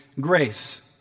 grace